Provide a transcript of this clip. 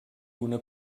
una